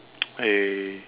eh